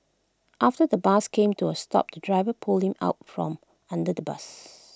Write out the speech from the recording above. after the bus came to A stop the driver pulled him out from under the bus